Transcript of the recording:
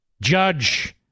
Judge